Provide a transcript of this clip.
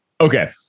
Okay